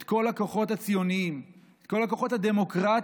את כל הכוחות הציוניים, את כל הכוחות הדמוקרטיים,